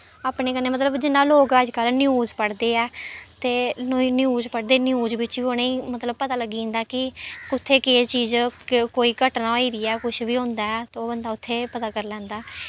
अपने कन्नै मतलब जियां लोक अज्जकल न्यूज पढ़दे ऐ ते न्यूज पढ़दे न्यूज बिच्च उ'नेंगी मतलब पता लगी जंदा कि कु'त्थै केह् चीज केह् कोई घटना होई दी ऐ कुछ बी होंदा ऐ ते ओह् बंदा उत्थे पता करी लैंदा ऐ